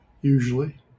Usually